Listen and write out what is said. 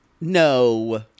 No